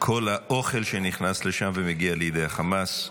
כל האוכל שנכנס לשם ומגיע לידי חמאס.